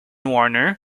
warner